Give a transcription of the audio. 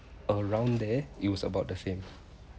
around there it was about the same